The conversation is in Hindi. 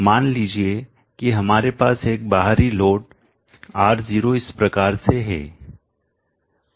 मान लीजिए कि हमारे पास एक बाहरी लोड R0 इस प्रकार से है